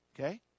Okay